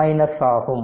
minus ஆகும்